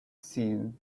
seen